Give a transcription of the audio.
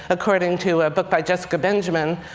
according to a book by jessica benjamin,